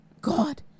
God